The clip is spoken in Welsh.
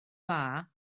dda